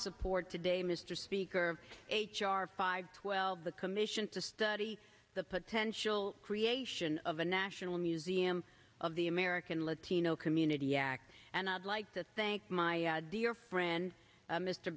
support today mr speaker of h r five twelve the commission to study the potential creation of a national museum of the american latino community act and i'd like to thank my dear friend